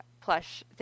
plush